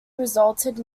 resulted